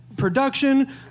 production